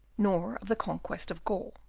nor of the conquest of gaul.